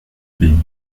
pays